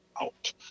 out